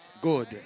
Good